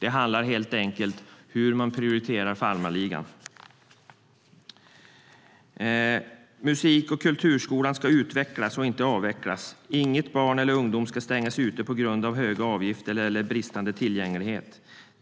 Det handlar helt enkelt om hur man prioriterar farmarligan. Musik och kulturskolan ska utvecklas, inte avvecklas. Inget barn och ingen ungdom ska stängas ute på grund av höga avgifter eller bristande tillgänglighet.